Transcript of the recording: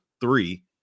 three